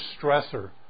stressor